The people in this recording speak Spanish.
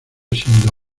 siendo